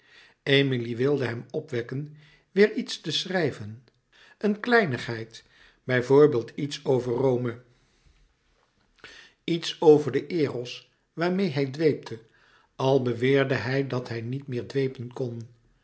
wilde hem opwekken weêr iets te schrijven een kleinigheid bijvoorlouis couperus metamorfoze beeld iets over rome iets over den eros waarmeê hij dweepte al beweerde hij dat hij niet meer dwepen kon